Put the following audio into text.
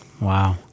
Wow